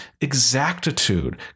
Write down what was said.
exactitude